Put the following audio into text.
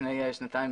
לפני שנתיים,